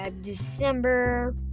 December